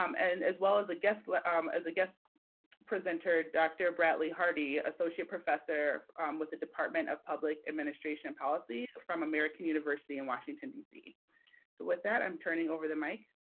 um and as well as a guest like um as a guest presenter, dr. bradley hardy, associate professor with the department of public administration and policy from american university in washington, dc. so with that, i'm turning over the mic.